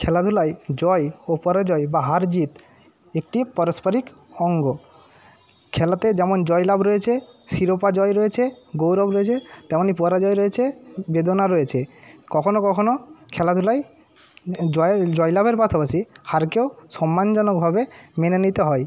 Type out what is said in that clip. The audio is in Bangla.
খেলাধুলায় জয় ও পরাজয় বা হার জিত একটি পারস্পরিক অঙ্গ খেলাতে যেমন জয়লাভ রয়েছে শিরোপা জয় রয়েছে গৌরব রয়েছে তেমনি পরাজয় রয়েছে বেদনা রয়েছে কখনো কখনো খেলাধুলায় জয় জয়লাভের পাশাপাশি হারকেও সম্মানজনকভাবে মেনে নিতে হয়